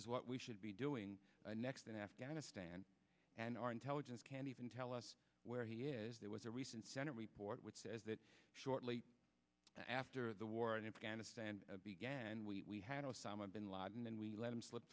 is what we should be doing next in afghanistan and our intelligence can't even tell us where he is there was a recent senate report which says that shortly after the war in afghanistan began we had osama bin laden and we let him slip